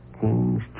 King's